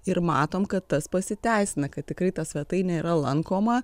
ir matom kad tas pasiteisina kad tikrai ta svetainė yra lankoma